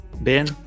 Ben